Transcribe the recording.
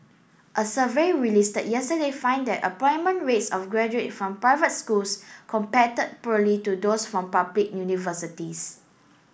a survey release yesterday find that employment rates of graduate from private schools compare poorly to those from public universities